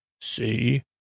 see